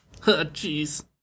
Jeez